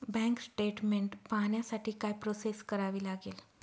Bank statement पाहण्यासाठी काय process करावी लागेल?